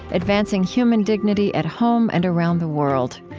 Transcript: advancing human dignity at home and around the world.